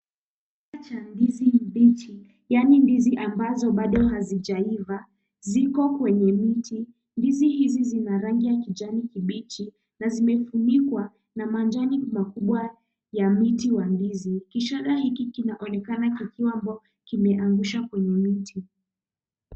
Picha ya ndizi mbichi yaani ndizi ambazo hazijaiva ziko kwenye miti. Ndizi hizi zina rangi ya kijani kibichi na zimefunikwa na majani makubwa ya miti ya ndizi. Kishara hiki kinaonekana kikiwa kimeangushwa kwenye miti.